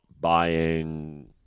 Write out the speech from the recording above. buying